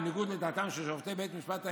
בניגוד לדעתם של שופטי בית המשפט העליון,